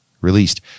released